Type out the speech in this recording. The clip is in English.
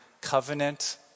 covenant